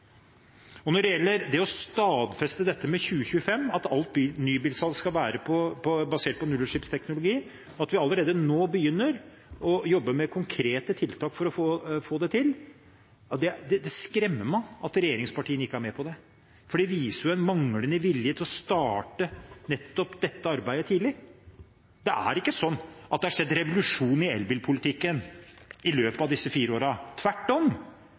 Når det gjelder det å stadfeste dette med 2025, at alt nybilsalg skal være basert på nullutslippsteknologi, og at vi allerede nå begynner å jobbe med konkrete tiltak for å få det til, skremmer det meg at regjeringspartiene ikke er med på det. For det viser en manglende vilje til å starte nettopp dette arbeidet tidlig. Det har ikke skjedd en revolusjon i elbilpolitikken i løpet av disse fire årene. Tvert om,